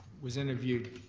was interviewed,